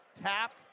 tap